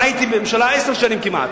הייתי בממשלה עשר שנים כמעט,